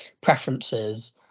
preferences